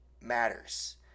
matters